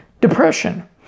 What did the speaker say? depression